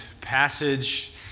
passage